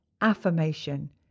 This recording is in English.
affirmation